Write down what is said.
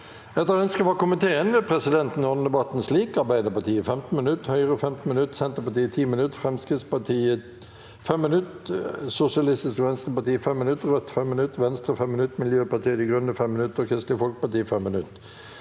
forsvarskomiteen vil presidenten ordne debatten slik: Arbeiderpartiet 15 minutter, Høyre 15 minutter, Senterpartiet 10 minutter, Fremskrittspartiet 5 minutter, Sosialistisk Venstreparti 5 minutter, Rødt 5 minutter, Venstre 5 minutter, Miljøpartiet De Grønne 5 minutter og Kristelig Folkeparti 5 minutter.